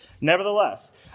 Nevertheless